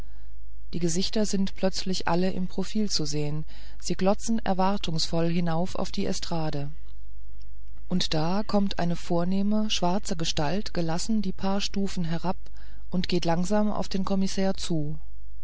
die gesichter sind plötzlich alle im profil zu sehen sie glotzen erwartungsvoll hinauf auf die estrade und da kommt eine vornehme schwarze gestalt gelassen die paar stufen herab und geht langsam auf den kommissär zu